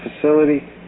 facility